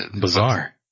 bizarre